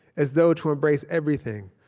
as though to embrace everything,